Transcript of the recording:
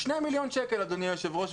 שני מיליון שקל, אדוני היושב-ראש.